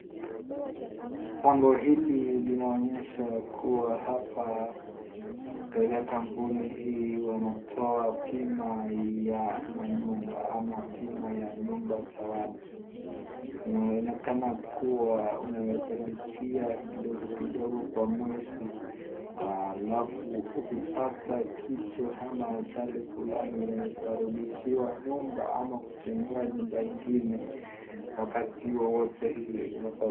Bango hili linaonyesha kuwa hapa katika kampuni hii wanatoa bima ya manyumba ama bima ya nyumba za watu. Inaonekana kuwa unaweza lipia kidogo kidogo kwa mwezi alafu ukipata kitu ama ajali fulani unaweza rudishiwa nyumba ama kujengewa nyumba ingine wakati wowote ile unapo.